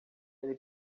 ele